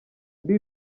muri